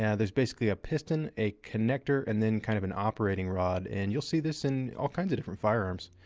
yeah there's basically a piston, a connector and then kind of an operating rod. and you'll see this in all kinds of different firearms.